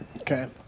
Okay